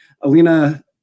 Alina